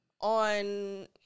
on